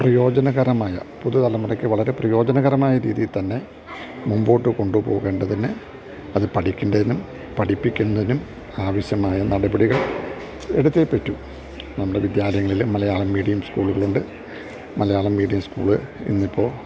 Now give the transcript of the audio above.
പ്രയോജനകരമായ പുതുതലമുറയ്ക്കു വളരെ പ്രയോജനകരമായ രീതിയിൽത്തന്നെ മുന്പോട്ടു കൊണ്ടുപോകേണ്ടതിന് അതു പഠിക്കേണ്ടതിനും പഠിപ്പിക്കുന്നതിനും ആവശ്യമായ നടപടികൾ എടുത്തേ പറ്റു നമ്മുടെ വിദ്യാലയങ്ങളില് മലയാളം മീഡിയം സ്കൂളുകളുണ്ട് മലയാളം മീഡിയം സ്കൂള് ഇന്നിപ്പോള്